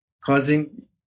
causing